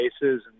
cases